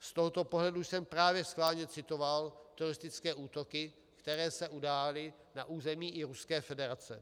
Z tohoto pohledu jsem právě schválně citoval teroristické útoky, které se udály i na území Ruské federace.